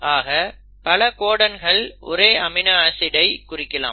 ஆக பல கோடன்கள் ஒரே அமினோ ஆசிட் ஐ குறிக்கலாம்